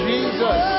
Jesus